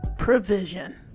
provision